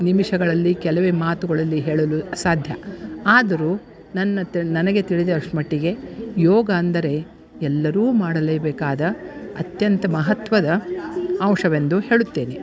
ನಿಮಿಷಗಳಲ್ಲಿ ಕೆಲವೇ ಮಾತುಗಳಲ್ಲಿ ಹೇಳಲು ಅಸಾಧ್ಯ ಆದರೂ ನನ್ನ ತೆಲ್ ನನಗೆ ತಿಳಿದಿರೊವಷ್ಟು ಮಟ್ಟಿಗೆ ಯೋಗ ಅಂದರೆ ಎಲ್ಲರೂ ಮಾಡಲೇಬೇಕಾದ ಅತ್ಯಂತ ಮಹತ್ವದ ಅಂಶವೆಂದು ಹೇಳುತ್ತೇನೆ